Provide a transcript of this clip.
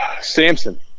Samson